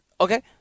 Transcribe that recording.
Okay